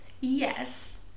Yes